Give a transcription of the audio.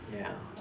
ya